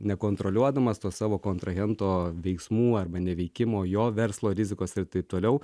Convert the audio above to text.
nekontroliuodamas to savo kontrahento veiksmų arba neveikimo jo verslo rizikos ir taip toliau